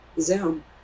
Zoom